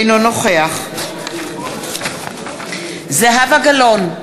אינו נוכח זהבה גלאון,